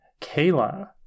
kayla